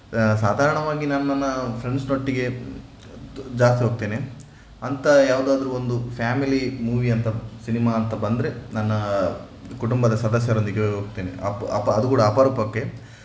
ಸಾಧಾರಣವಾಗಿ ನಾನು ನನ್ನ ಫ್ರೆಂಡ್ಸ್ನೊಟ್ಟಿಗೆ ಜಾಸ್ತಿ ಹೋಗ್ತೇನೆ ಅಂಥ ಯಾವುದಾದರೂ ಒಂದು ಫ್ಯಾಮಿಲಿ ಮೂವಿ ಅಂಥ ಸಿನಿಮಾ ಅಂತ ಬಂದರೆ ನನ್ನ ಕುಟುಂಬದ ಸದಸ್ಯರೊಂದಿಗೆ ಹೋಗ್ತೇನೆ ಅಪ ಅಪ ಅದು ಕೂಡ ಅಪರೂಪಕ್ಕೆ